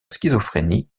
schizophrénie